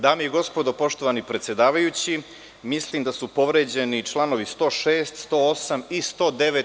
Dame i gospodo, poštovani predsedavajući, mislim da su povređeni članovi 106, 108. i 109.